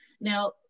Now